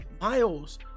Miles